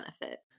benefit